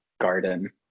garden